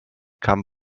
kam